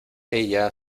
ella